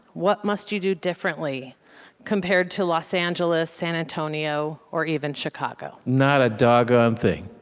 what must you do differently compared to los angeles, san antonio, or even chicago? not a doggone thing.